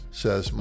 says